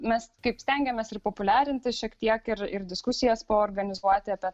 mes kaip stengiamės ir populiarinti šiek tiek ir ir diskusijas paorganizuoti apie